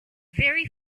very